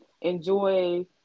enjoy